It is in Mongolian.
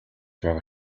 байгаа